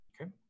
Okay